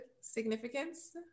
significance